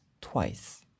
twice